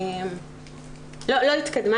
לא התקדמה.